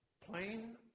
plain